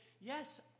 yes